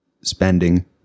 spending